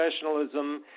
professionalism